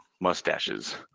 Mustaches